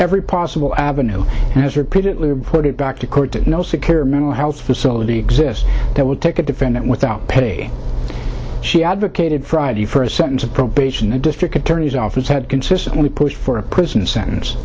every possible avenue and has repeatedly brought it back to court to no secure mental health facility that would take a defendant without pay she advocated friday for a sentence of probation the district attorney's office had consistently pushed for a prison sentence